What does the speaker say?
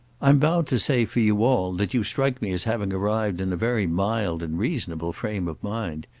i'm bound to say for you all that you strike me as having arrived in a very mild and reasonable frame of mind.